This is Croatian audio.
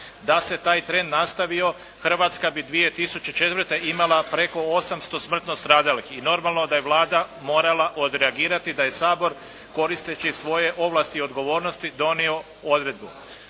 Da se taj trend nastavio Hrvatska bi 2004. imala preko 800 smrtno stradalih i normalno da je Vlada morala odreagirati da je Sabor koristeći svoje ovlasti i odgovornosti donio odredbu.